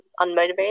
unmotivated